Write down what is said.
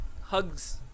hugs